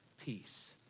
peace